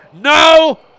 No